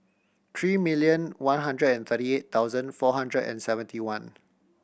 three million one hundred and thirty eight thousand four hundred and seventy one